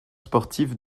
sportif